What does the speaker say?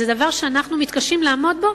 זה דבר שאנחנו מתקשים לעמוד בו.